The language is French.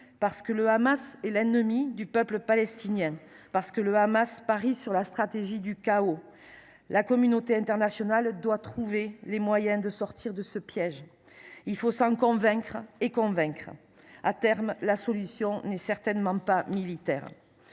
parce que le Hamas est l’ennemi du peuple palestinien ; parce que le Hamas parie sur la stratégie du chaos. La communauté internationale doit trouver les moyens de sortir de ce piège. Il faut nous en convaincre et convaincre : à terme, la solution n’est certainement pas militaire.